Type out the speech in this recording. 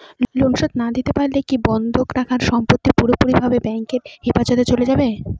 Loan শোধ না দিতে পারলে কি বন্ধক রাখা সম্পত্তি পুরোপুরি ব্যাংকের হেফাজতে চলে যাবে?